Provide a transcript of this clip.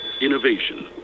Innovation